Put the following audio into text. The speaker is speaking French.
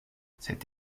cette